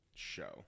show